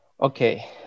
Okay